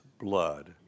blood